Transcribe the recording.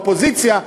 האופוזיציה,